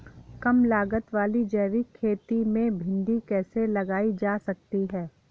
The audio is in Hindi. कम लागत वाली जैविक खेती में भिंडी कैसे लगाई जा सकती है?